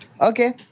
Okay